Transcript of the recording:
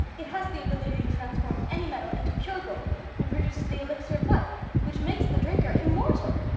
it has the ability to transform any metal into pure gold and produces the elixir of life which makes the drinker immortal.